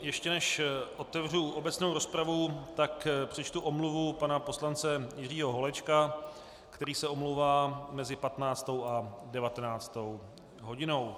Ještě než otevřu obecnou rozpravu, tak přečtu omluvu pana poslance Jiřího Holečka, který se omlouvá mezi 15. a 19. hodinou.